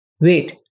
Wait